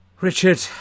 Richard